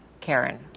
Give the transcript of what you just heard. Karen